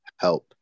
help